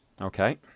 Okay